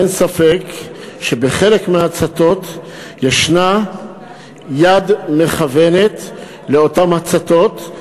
אין ספק שבחלק מההצתות ישנה יד מכוונת לאותן הצתות,